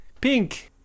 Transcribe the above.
Pink